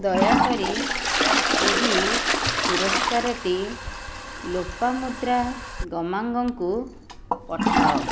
ଦୟାକରି ଏହି ପୁରସ୍କାରଟି ଲୋପାମୁଦ୍ରା ଗମାଙ୍ଗଙ୍କୁ ପଠାଅ